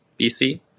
BC